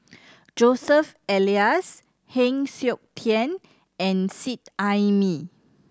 Joseph Elias Heng Siok Tian and Seet Ai Mee